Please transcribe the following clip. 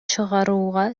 чыгарууга